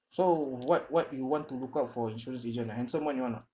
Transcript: so what what you want to look out for insurance agent ah handsome one you want or not